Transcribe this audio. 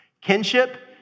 kinship